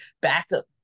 backup